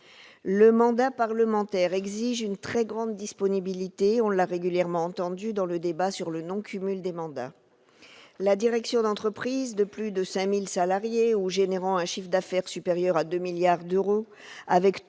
Le mandat parlementaire exige une très grande disponibilité, on l'a régulièrement entendu dans le débat sur le non-cumul des mandats. La direction d'entreprises de plus de 5 000 salariés ou générant un chiffre d'affaires supérieur à 2 milliards d'euros, avec